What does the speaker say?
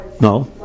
No